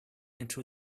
into